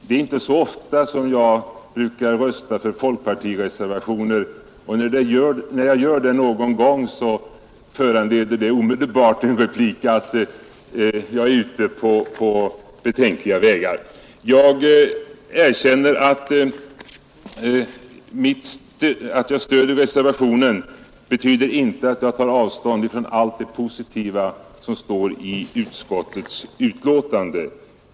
Det är inte ofta som jag röstar för folkpartireservationer, men när jag någon gång gör det, föranleder detta omedelbart repliken att jag är ute på betänkliga vägar. Att jag stöder reservationen betyder emellertid inte att jag tar avstånd från allt det positiva som står i utskottets betänkande.